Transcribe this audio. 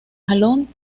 jalón